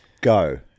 Go